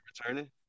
returning